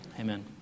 Amen